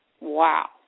Wow